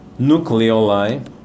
Nucleoli